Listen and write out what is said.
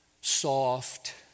soft